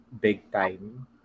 big-time